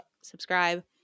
subscribe